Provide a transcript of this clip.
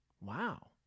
Wow